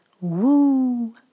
Woo